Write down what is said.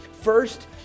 First